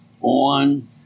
on